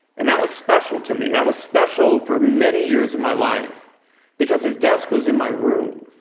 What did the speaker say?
and that was special to me. that was special for many years of my life because his desk was in my room.